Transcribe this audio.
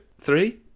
Three